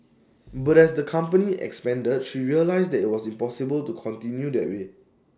but as the company expanded she realised that IT was impossible to continue that way